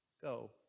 Go